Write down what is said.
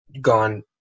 gone